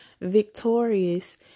victorious